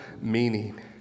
meaning